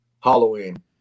Halloween